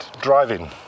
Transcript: driving